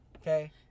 okay